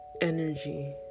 energy